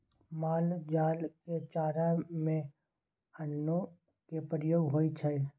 माल जाल के चारा में अन्नो के प्रयोग होइ छइ